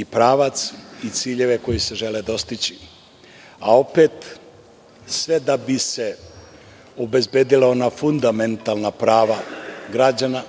i pravac i ciljeve koji se žele dostići, a opet sve da bi se obezbedila ona fundamentalna prava građana,